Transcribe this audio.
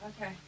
Okay